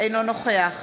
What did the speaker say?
אינו נוכח